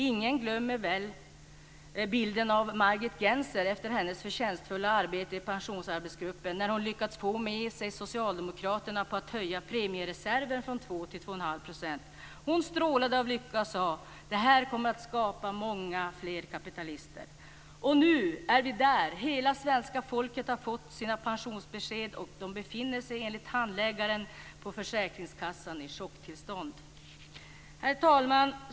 Ingen glömmer väl bilden av Margit Gennser efter hennes förtjänstfulla arbete i pensionsarbetsgruppen när hon lyckats få med sig socialdemokraterna på att höja premiereserven från 2 % till 2,5 %. Hon strålade av lycka och sade: "Det här kommer att skapa många fler kapitalister." Och nu är vi där - hela svenska folket har fått sina pensionsbesked och befinner sig, enligt handläggaren på försäkringskassan, i ett chocktillstånd. Herr talman!